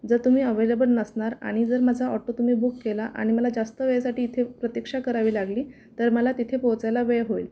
जर तुम्ही अवलेबल नसणार आणि जर माझा ऑटो तुम्ही बुक केला आणि मला जास्त वेळेसाठी इथे प्रतीक्षा करावी लागली तर मला तिथे पोहचायला वेळ होईल